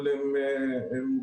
אבל הן מוגזמות.